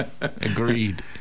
Agreed